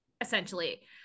Essentially